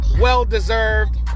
Well-deserved